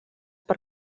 per